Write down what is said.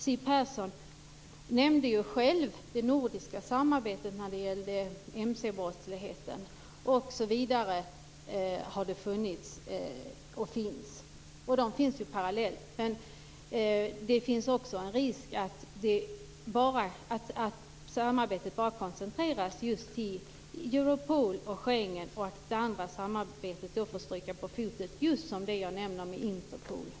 Siw Persson nämnde ju själv det nordiska samarbetet när det gäller mcbrottsligheten osv. Det har funnits och finns. Det finns ju parallellt. Men det finns också en risk att samarbetet bara koncentreras just till Europol och Schengen och att det andra samarbetet får stryka på foten - just t.ex. Interpol, som jag nämner.